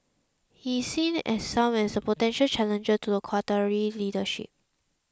he is seen as some as potential challenger to the Qatari leadership